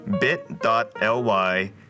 bit.ly